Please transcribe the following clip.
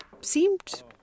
seemed